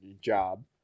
job